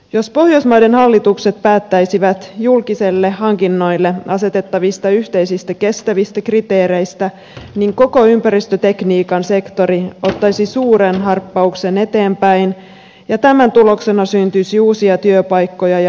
jos pohjoismaiden hallitukset päättäisivät julkisille hankinnoille asetettavista yhteisistä kestävistä kriteereistä niin koko ympäristötekniikan sektori ottaisi suuren harppauksen eteenpäin ja tämän tuloksena syntyisi uusia työpaikkoja ja innovaatioita